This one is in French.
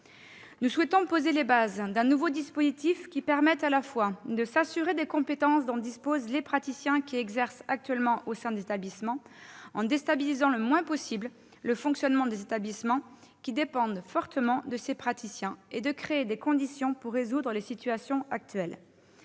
Nous souhaitons poser les bases d'un nouveau dispositif qui permette à la fois de s'assurer des compétences dont disposent les praticiens qui exercent actuellement au sein des établissements en déstabilisant le moins possible le fonctionnement des établissements qui dépendent fortement de ces praticiens et de créer les conditions pour résoudre la situation actuelle.